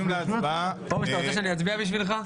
פרוש, אתה רוצה שאצביע בשבילך?